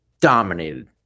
dominated